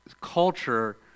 culture